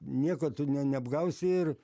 nieko tu ne neapgausi ir